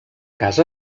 casa